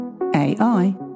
AI